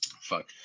fuck